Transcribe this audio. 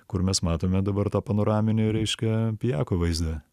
kur mes matome dabar tą panoraminio reiškia pijako vaizdą